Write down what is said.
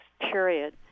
period